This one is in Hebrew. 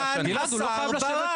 לאן השר ברח?